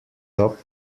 top